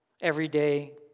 everyday